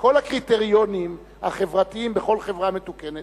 כל הקריטריונים החברתיים בכל חברה מתוקנת,